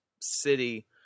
City